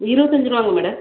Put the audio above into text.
இருபத்தஞ்சிருவாங்க madam